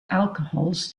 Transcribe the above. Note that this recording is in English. alcohols